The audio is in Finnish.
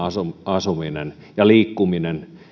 asuminen ja liikkuminen siellä